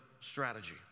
strategy